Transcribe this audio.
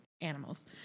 animals